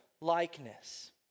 likeness